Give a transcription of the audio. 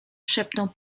szepnął